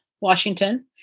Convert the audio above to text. Washington